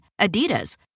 Adidas